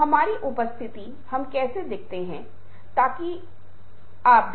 हमने संगीत और इन संवादों के तरीके के बारे में बात की